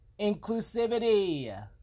inclusivity